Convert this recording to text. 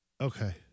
okay